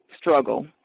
struggle